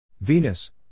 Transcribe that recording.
Venus